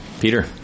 Peter